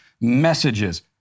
messages